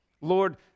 Lord